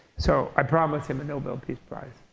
so i promised him the nobel peace prize.